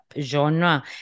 genre